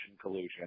collusion